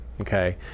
Okay